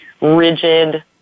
rigid